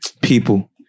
people